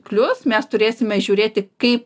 klius mes turėsime žiūrėti kai